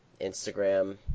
Instagram